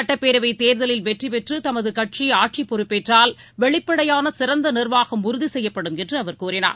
சட்டப்பேரவைதேர்தலில் வெற்றிபெற்றுதமதுகட்சி ஆட்சிப்பொறுப்பேற்றால் வெளிப்படையானசிறந்தநிர்வாகம் உறுதிசெய்யப்படும் என்றுஅவர் கூறினார்